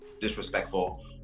disrespectful